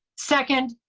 second.